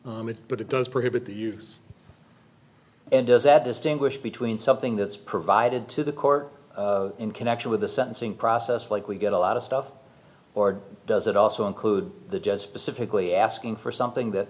from it but it does prohibit the use and does that distinguish between something that is provided to the court in connection with the sentencing process like we get a lot of stuff or does it also include the just specifically asking for something that